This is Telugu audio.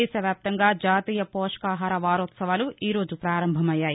దేశవ్యాప్తంగా జాతీయ పోషకాహార వారోత్పవాలు ఈ రోజు పారంభమయ్యాయి